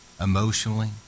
emotionally